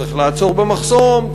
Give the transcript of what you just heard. צריך לעצור במחסום,